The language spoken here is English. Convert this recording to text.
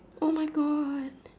oh my God